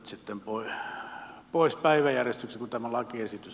se tempoilee pois päiväjärjestys kutova lakiesitys